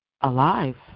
alive